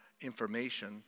information